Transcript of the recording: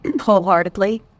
wholeheartedly